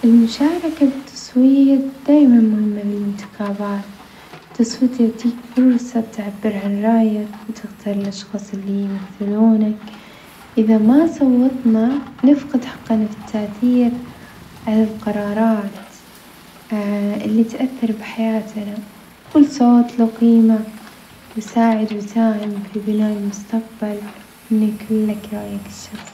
المشاركة بالتصويت دايمًا مهمة بالإنتخابات، التصويت يعطيك فرصة تعبر عن رأيك وتختار الأشخاص اللي يمثلونك، إذا ما صوتنا نفقد حقنا في التأثير على القرارات الي تأثر بحياتنا، كل صوت له قيمة ويساعد ويساهم في بناء المستقبل وإن يكون لك رأيك الشخصي.